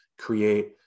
create